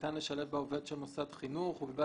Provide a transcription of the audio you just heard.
ניתן לשלב בו עובד של מוסד חינוך ובלבד